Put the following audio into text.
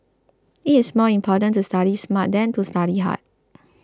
it is more important to study smart than to study hard